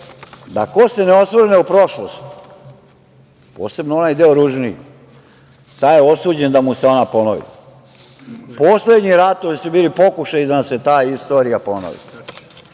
da ko se ne osvrne u prošlost, posebno onaj deo ružniji, taj je osuđen da mu se ona ponovi. Poslednji ratovi su bili pokušaj da nam se ta istorija ponovi.